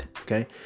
okay